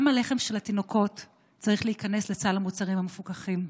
גם הלחם של התינוקות צריך להיכנס לסל המוצרים המפוקחים.